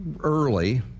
early